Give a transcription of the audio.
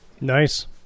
Nice